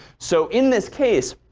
so in this case,